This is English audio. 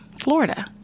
Florida